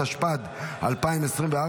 התשפ"ד 2024,